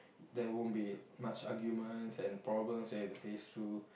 there won't be much arguments and problems that you have to face through